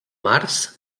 març